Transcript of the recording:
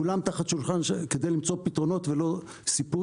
כולם תחת שולחן, כדי למצוא פתרונות ולא סיפורים.